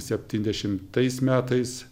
septyniasdešimtais metais